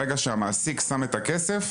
ברגע שהמעסיק שם את הכסף,